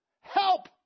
Help